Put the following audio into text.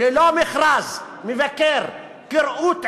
ללא מכרז מבקר כראות עיניה,